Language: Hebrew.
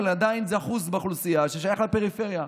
אבל זה עדיין אחוז מהאוכלוסייה ששייך לפריפריה.